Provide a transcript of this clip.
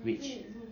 which